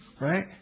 Right